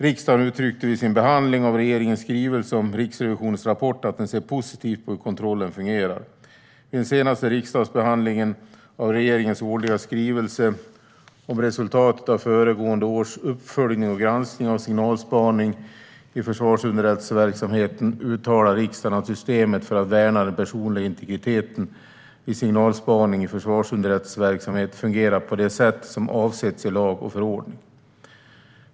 Riksdagen uttryckte vid sin behandling av regeringens skrivelse om Riksrevisionens rapport att den ser positivt på hur kontrollen fungerar. Vid den senaste riksdagsbehandlingen av regeringens årliga skrivelse om resultatet av föregående års uppföljning och granskning av signalspaning i försvarsunderrättelseverksamhet uttalade riksdagen att systemet för att värna den personliga integriteten vid signalspaning i försvarsunderrättelseverksamhet fungerar på det sätt som avsetts i lag och förordning.